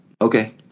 Okay